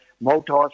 motors